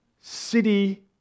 city